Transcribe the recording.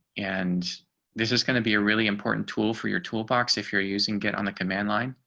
and this is going to be a really important tool for your toolbox. if you're using get on the command line.